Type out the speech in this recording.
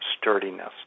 sturdiness